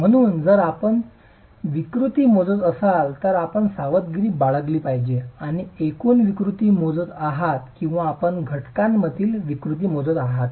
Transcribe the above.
म्हणून जर आपण विकृती मोजत असाल तर आपण सावधगिरी बाळगली पाहिजे की आपण एकूण विकृती मोजत आहात किंवा आपण घटकांमधील विकृती मोजत आहात